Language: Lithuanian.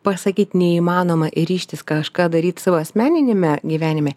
pasakyt neįmanoma ir ryžtis kažką daryt savo asmeniniame gyvenime